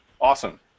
Awesome